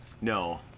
No